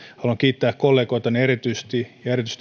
haluan kiittää kollegoitani erityisesti